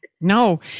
No